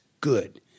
good